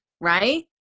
right